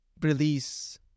release